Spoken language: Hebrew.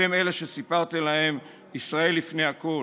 אתם אלה שסיפרתם להם: ישראל לפני הכול.